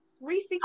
Reese